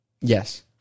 Yes